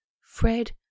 Fred